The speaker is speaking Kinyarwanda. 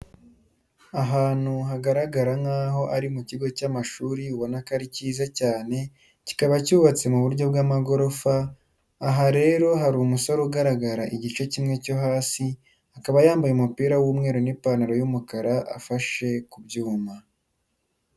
Ahantu hagaragara nkaho ari mu kigo cy'amashuri ubona ko ari cyiza cyane, kikaba cyubatse mu buryo bw'amagorofa, aha rero hari umusore ugaragara igice kimwe cyo hasi, akaba yambaye umupira w'umweru n'ipantaro y'umukara afashe ku byuma.